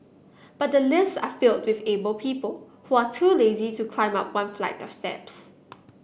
but the lifts are filled with able people who are too lazy to climb up one flight of steps